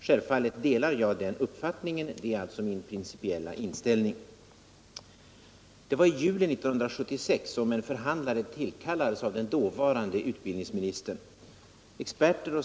Självfallet delar jag uppfattningen bakom det beslutet.